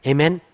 Amen